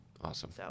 Awesome